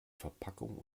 verpackung